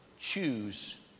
choose